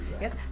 yes